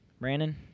Brandon